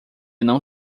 não